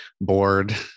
bored